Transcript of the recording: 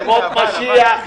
ימות משיח.